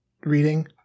reading